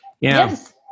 Yes